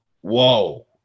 whoa